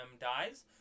dies